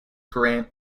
grant